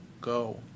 go